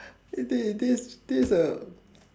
eh thi~ this this a